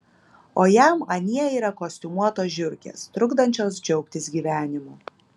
o jam anie yra kostiumuotos žiurkės trukdančios džiaugtis gyvenimu